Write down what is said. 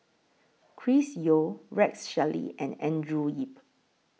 Chris Yeo Rex Shelley and Andrew Yip